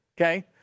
Okay